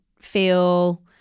feel